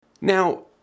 Now